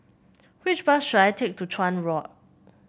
which bus should I take to Chuan Walk